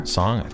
song